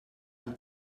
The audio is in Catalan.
amb